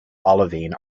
olivine